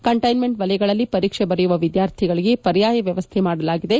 containment ವಲಯಗಳಲ್ಲಿ ಪರೀಕ್ಷೆ ಬರೆಯುವ ವಿದ್ಯಾರ್ಥಿಗಳಿಗೆ ಪರ್ಯಾಯ ವ್ಯವಸ್ಥೆ ಮಾಡಲಾಗಿದೆ